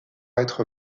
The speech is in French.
être